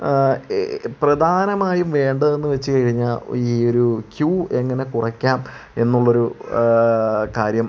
ഈ പ്രധാനമായും വേണ്ടതെന്നു വെച്ചു കഴിഞ്ഞാൽ ഈ ഒരു ക്യൂ എങ്ങനെ കുറയ്ക്കാം എന്നുള്ളൊരു കാര്യം